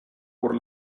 por